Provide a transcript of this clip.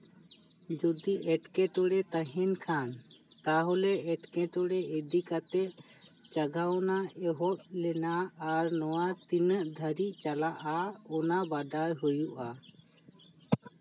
ᱡᱩᱫᱤ ᱮᱴᱠᱮᱴᱚᱬᱮ ᱛᱟᱦᱮᱱ ᱠᱷᱟᱱ ᱛᱟᱦᱚᱞᱮ ᱮᱴᱠᱮᱴᱚᱬᱮ ᱤᱫᱤ ᱠᱟᱛᱮ ᱡᱟᱜᱟᱣᱱᱟ ᱮᱦᱚᱵ ᱞᱮᱱᱟ ᱟᱨ ᱱᱚᱣᱟ ᱛᱤᱱᱟᱹᱜ ᱫᱷᱟᱹᱨᱤᱡ ᱪᱟᱞᱟᱜᱼᱟ ᱚᱱᱟ ᱵᱟᱰᱟᱭ ᱦᱩᱭᱤᱜᱼᱟ